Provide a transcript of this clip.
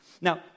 Now